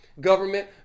government